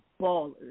ballers